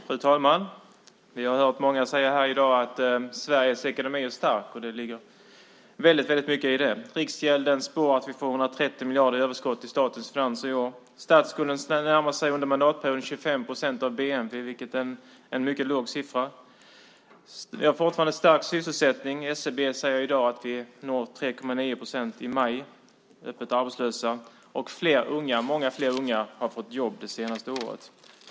Fru talman! Vi har i dag hört många säga att Sveriges ekonomi är stark. Det ligger mycket i det. Riksgälden spår att vi får 130 miljarder i överskott i statens finanser i år. Statsskulden närmar sig under mandatperioden 25 procent av bnp, vilket är en mycket låg siffra. Vi har fortfarande hög sysselsättning. SCB säger i dag att vi i maj nådde 3,9 procent öppet arbetslösa. Många fler unga har fått jobb det senaste året.